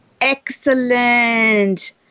Excellent